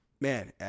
man